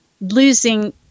losing